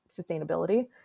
sustainability